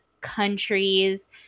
countries